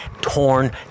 torn